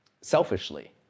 selfishly